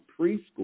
preschool